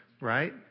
right